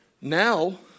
now